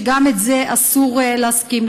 שגם לזה אסור להסכים.